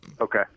Okay